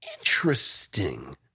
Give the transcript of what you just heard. Interesting